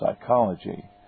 psychology